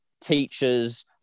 teachers